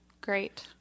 Great